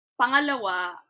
Pangalawa